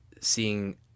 seeing